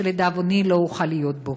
שלדאבוני לא אוכל להיות בו.